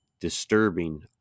disturbing